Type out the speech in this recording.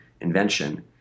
invention